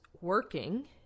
working